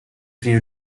prime